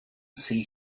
see